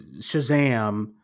Shazam